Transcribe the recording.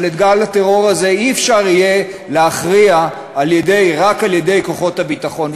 אבל את גל הטרור הזה לא יהיה אפשר להכריע רק על-ידי כוחות הביטחון.